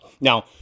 Now